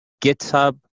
GitHub